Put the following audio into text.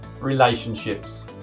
relationships